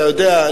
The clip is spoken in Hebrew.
אתה יודע,